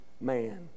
man